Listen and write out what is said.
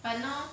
I now